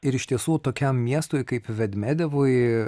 ir iš tiesų tokiam miestui kaip vedmedevui